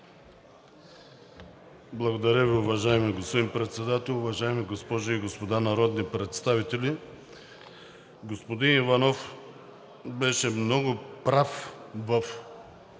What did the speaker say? Благодаря Ви, уважаеми господин Председател. Уважаеми госпожи и господа народни представители, господин Иванов беше много прав в